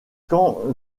quand